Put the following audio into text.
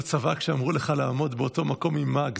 בצבא כשאמרו לך לעמוד באותו מקום עם מאג,